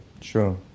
Sure